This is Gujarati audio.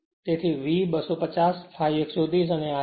તેથી V250 ∅ 130 અને ra 0